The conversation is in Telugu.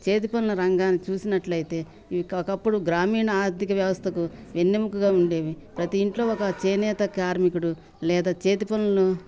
చేతి పనుల రంగాన్ని చూసినట్లయితే ఈ ఒకప్పుడు గ్రామీణ ఆర్థిక వ్యవస్థకు వెన్నముకగా ఉండేవి ప్రతి ఇంట్లో ఒక చేనేత కార్మికుడు లేదా చేతి పనులను